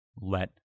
let